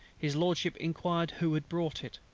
his lordship inquired who had brought it.